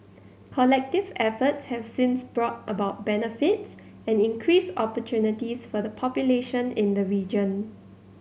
collective efforts have since brought about benefits and increased opportunities for the population in the region